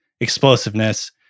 explosiveness